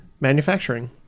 Manufacturing